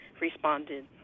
responded